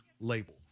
label